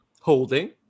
Holding